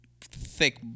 thick